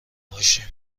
باشیم